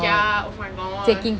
ya oh my gosh